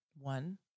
One